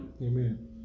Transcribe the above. Amen